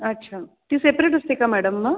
अच्छा ती सेपरेट असते का मॅडम मग